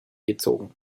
gezogen